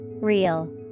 real